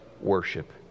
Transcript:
worship